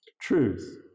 Truth